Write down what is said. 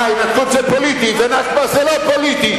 אה, הינתקות זה פוליטי ו"נכבה" זה לא פוליטי.